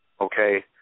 Okay